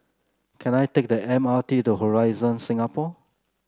can I take the M R T to Horizon Singapore